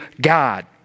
God